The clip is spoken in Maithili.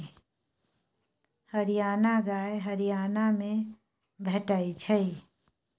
हरियाणा गाय हरियाणा मे भेटै छै